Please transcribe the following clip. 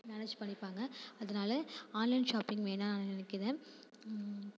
manage பண்ணிப்பாங்க அதனால் online shopping வேணாம்னு நினைக்கிறேன்